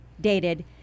dated